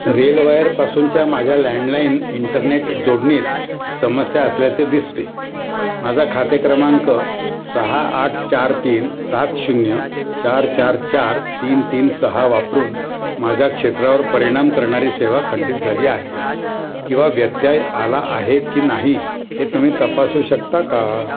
रेलवायरपासूनच्या माझ्या landline internet जोडणीत समस्या असल्याचे दिसते माझा खाते क्रमांक सहा आठ चार तीन सात शून्य चार चार चार तीन तीन सहा वापरून माझ्या क्षेत्रावर परिणाम करणारी सेवा खंडित झाली आहे किंवा व्यत्यय आला आहे की नाही हे तुम्ही तपासू शकता का